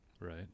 Right